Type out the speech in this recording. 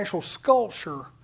sculpture